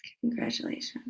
Congratulations